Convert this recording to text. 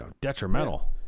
detrimental